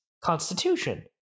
constitution